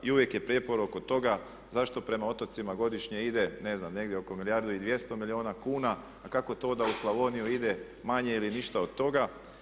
I uvijek je prijepor oko toga zašto prema otocima godišnje ide ne znam negdje oko milijardu i 200 milijuna kuna a kako to da u Slavoniju ide manje ili ništa od toga.